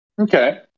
Okay